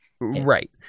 Right